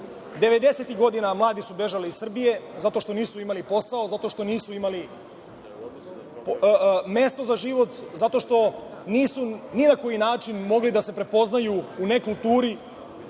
godina mladi su bežali iz Srbije zato što nisu imali posao, zato što nisu imali mesto za život, zato što nisu ni na koji način mogli da se prepoznaju u nekulturi,